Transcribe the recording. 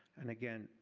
and again,